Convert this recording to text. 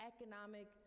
economic